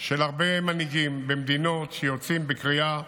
של הרבה מנהיגים במדינות, שיוצאים בקריאה